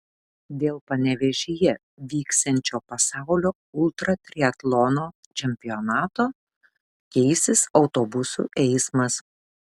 dėl panevėžyje vyksiančio pasaulio ultratriatlono čempionato keisis autobusų eismas